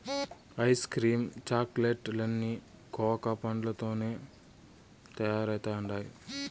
ice cream chocolate లన్నీ cocoa పండ్లతోనే తయారైతండాయి